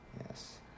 yes